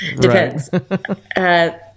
depends